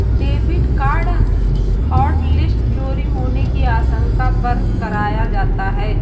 debit card hotlist चोरी होने की आशंका पर कराया जाता है